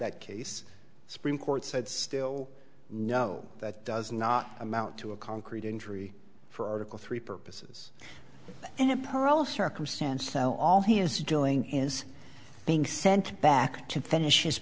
that case the supreme court said still no that does not amount to a concrete injury for article three purposes in a parole circumstance so all he is doing is being sent back to finish his